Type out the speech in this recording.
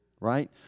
right